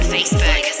Facebook